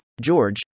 George